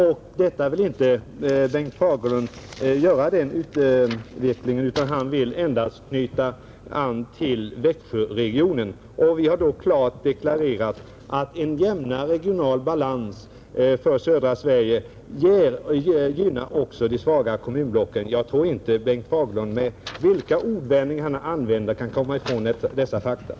Men Bengt Fagerlund vill inte göra den utvecklingen, utan han vill endast knyta an till Växjöregionen, Vi har då klart deklarerat: ”En jämnare regional balans i södra Sverige till förmån för Kronobergs län bör kunna gynna de svagare kommunblocken inom länet.” Jag tror inte att Bengt Fagerlund vilka ordvändningar han än använder kan komma ifrån detta faktum.